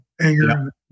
anger